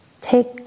Take